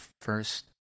first